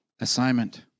assignment